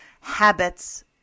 Habits